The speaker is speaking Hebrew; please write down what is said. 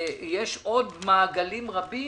יש עוד מעגלים רבים,